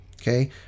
okay